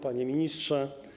Panie Ministrze!